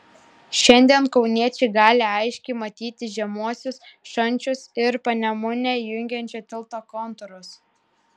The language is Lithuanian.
šiandien kauniečiai gali aiškiai matyti žemuosius šančius ir panemunę jungiančio tilto kontūrus